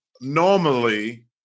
normally